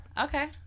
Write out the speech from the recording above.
Okay